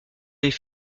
allez